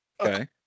Okay